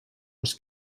als